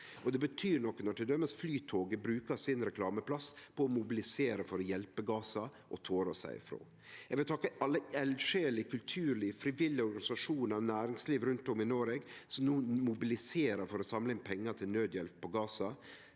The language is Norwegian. Det betyr noko når til dømes Flytoget brukar sin reklameplass på å mobilisere for å hjelpe Gaza og torer å seie frå. Eg vil takke alle eldsjeler i kulturliv, frivillige organisasjonar og næringsliv rundt om i Noreg som no mobiliserer for å samle inn pengar til nødhjelp i Gaza,